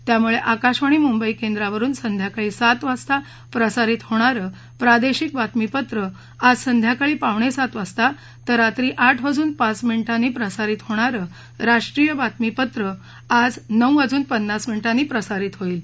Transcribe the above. त्यामुळे आकाशवाणी मुंबई केंद्रावरुन संध्याकाळी सात वाजता प्रसारित होणारं प्रादेशिक बातमीपत्र आज संध्याकाळी पावणे सात वाजता तर रात्री आठ वाजून पाच मिनिटांनी प्रसारित होणारं राष्ट्रीय बातमीपत्र आज नऊ वाजून पन्नास मिनिटांनी प्रसारित होईल